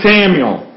Samuel